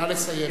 נא לסיים.